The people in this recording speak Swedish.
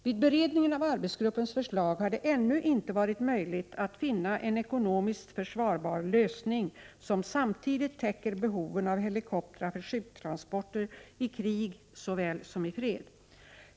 Vid beredningen av arbetsgruppens förslag har det ännu inte varit möjligt att finna en ekonomiskt försvarbar lösning som samtidigt täcker behoven av helikoptrar för sjuktransporter såväl i krig som i fred.